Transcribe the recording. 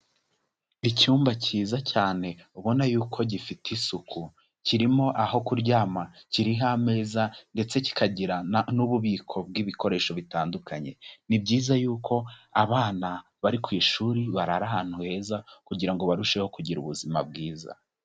Icyumba cyiza cyane ubona yuko gifite isuku, kirimo aho kuryama kiriho ameza ndetse kikagira n'ububiko bw'ibikoresho bitandukanye, ni byiza yuko abana bari ku ishuri barara ahantu heza kugira ngo barusheho kugira ubuzima bwiza.